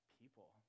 people